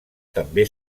també